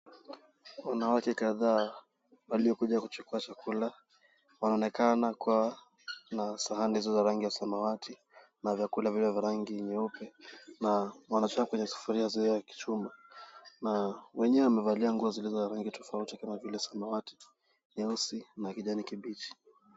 Wanawake kadhaa waliokuja kuchukua chakula, wanaonekana kuwa na sahani zilizo za rangi ya samawati na vyakula vilivyo vya rangi nyeupe na wanachukua kwenye sufuria za kichuma na wenyewe wamevalia nguo zilizo za rangi tofauti kama vile samawati, nyeusi na kijani kibichi.